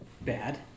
bad